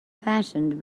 fashioned